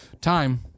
Time